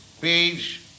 page